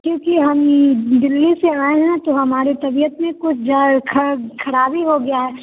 क्योंकि हम दिल्ली से आए हैं तो हमारे तबियत भी कुछ जा ख़राबी हो गया है